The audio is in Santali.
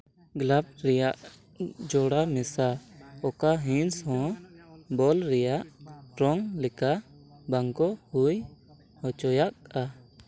ᱜᱞᱟᱵᱽ ᱨᱮᱭᱟᱜ ᱡᱚᱲᱟ ᱢᱮᱥᱟ ᱚᱠᱟ ᱦᱤᱸᱥ ᱦᱚᱸ ᱵᱚᱞ ᱨᱮᱭᱟᱜ ᱯᱷᱨᱚᱢ ᱞᱮᱠᱟ ᱵᱟᱝᱠᱚ ᱦᱩᱭ ᱦᱚᱪᱚᱭᱮᱜᱼᱟ